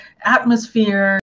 atmosphere